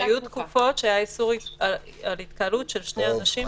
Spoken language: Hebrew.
היו תקופות שהיה איסור על התקהלות של שני אנשים.